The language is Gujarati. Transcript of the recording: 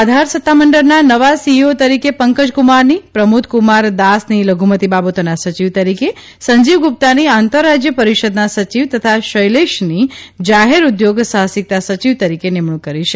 આધાર સત્તામંડળના નવા સીઇઓ તરીકે પંકજકુમારની પ્રમોદકુમાર દાસની લધુમતિ બાબતોના સચિવ તરીકે સંજીવ ગુપ્તાની આંતરરાજય પરિષદના સચિવ તથા શૈલેષની જાહેર ઉદ્યોગ સાહસિકતા સચિવ તરીકે નિમણુંક કરી છે